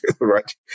right